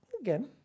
again